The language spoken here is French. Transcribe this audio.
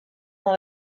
dans